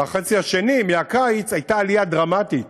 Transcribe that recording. בחצי השני, מהקיץ, הייתה עלייה דרמטית,